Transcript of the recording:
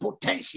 potential